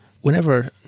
Whenever